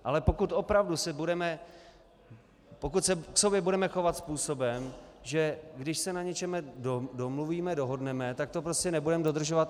Ale pokud opravdu si budeme, pokud se k sobě budeme chovat způsobem, že když se na něčem domluvíme, dohodneme, tak to prostě nebudeme dodržovat...